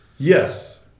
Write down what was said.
Yes